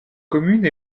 commune